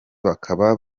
bakaba